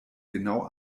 genau